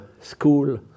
school